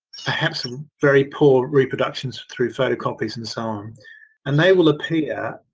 perhaps um very poor reproductions through photocopies and so on and they will appear.